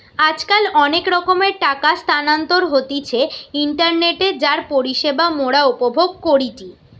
আজকাল অনেক রকমের টাকা স্থানান্তর হতিছে ইন্টারনেটে যার পরিষেবা মোরা উপভোগ করিটি